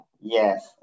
Yes